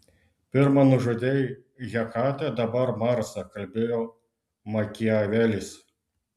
pirma nužudei hekatę dabar marsą kalbėjo makiavelis